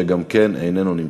שגם כן איננו נמצא.